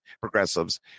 progressives